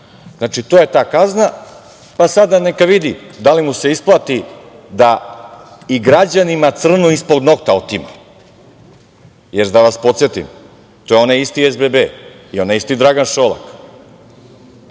Dobro. To je ta kazna, pa sada neka vidi da li mu se isplati da i građanima crno ispod nokta otima. Da vas podsetim, to je onaj isti SBB i onaj isti Dragan Šolak,